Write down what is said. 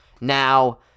Now